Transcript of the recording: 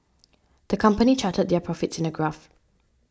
the company charted their profits in a graph